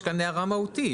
יש כאן הערה מהותית.